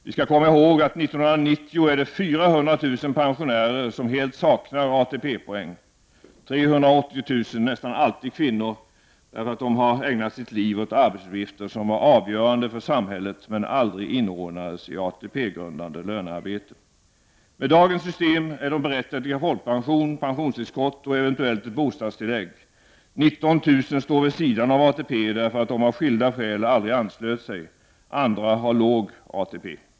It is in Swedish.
Vi skall komma ihåg att det 1990 är 400 000 pensionärer som helt saknar ATP-poäng; 380 000 — nästan alltid kvinnor — därför att de har ägnat sitt liv åt arbetsuppgifter som var avgörande för samhället men aldrig inordnades i ATP-grundande lönearbete. Med dagens system är de berättigade till folkpension, pensionstillskott och eventuellt ett bostadstillägg. 19 000 står vid sidan av ATP därför att de, av skilda skäl, aldrig anslöt sig. Andra har låg ATP.